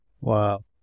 Wow